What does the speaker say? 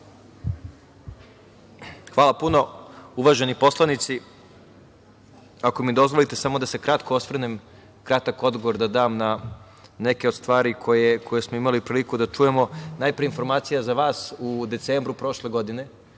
Hvala puno. Uvaženi poslanici, ako mi dozvolite, samo da se kratko osvrnem i kratak odgovor da dam na neke od stvari koje smo imali priliku da čujemo. Najpre, informacija za vas, u decembru prošle godine